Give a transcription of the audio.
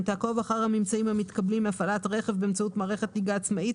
אלו הוראות שאמורות להיבחן במבחן הזמן.